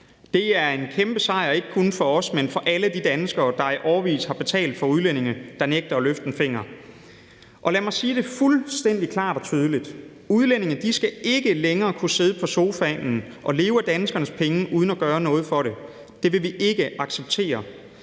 Det er en kæmpe sejr, ikke kun for os, men for alle de danskere, der i årevis har betalt for udlændinge, der nægter at løfte en finger. Lad mig sige det fuldstændig klart og tydeligt: Udlændinge skal ikke længere kunne sidde på sofaen og leve af danskernes penge uden at gøre noget for det. Det vil vi ikke acceptere.